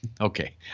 Okay